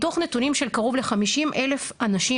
מתוך נתונים של קרוב ל-50 אלף אנשים